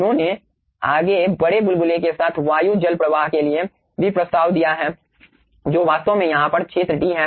उन्होंने आगे बड़े बुलबुले के साथ वायु जल प्रवाह के लिए भी प्रस्ताव दिया है जो वास्तव में यहाँ पर क्षेत्र D है